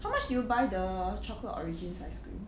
how much did you buy the Chocolate Origins ice cream